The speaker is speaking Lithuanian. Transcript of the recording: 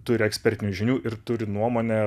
turi ekspertinių žinių ir turi nuomonę